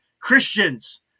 Christians